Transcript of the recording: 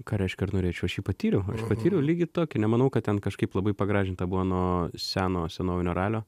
ką reiškia ar norėčiau aš jį patyriau aš patyriau lygiai tokį nemanau kad ten kažkaip labai pagražinta buvo nuo seno senovinio ralio